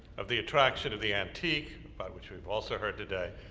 of the attraction of the antique, about which we've also heard today,